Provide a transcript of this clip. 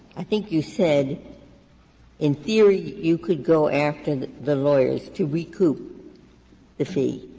i think you said in theory you could go after the the lawyers to recoup the fee,